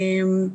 אבל